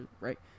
right